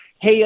Hey